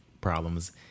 problems